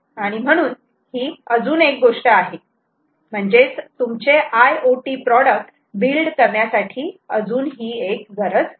आणि म्हणून ही अजून एक गोष्ट आहे म्हणजेच तुमचे IoT प्रॉडक्ट बिल्ड करण्यासाठी अजून ही एक गरज आहे